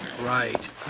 Right